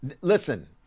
listen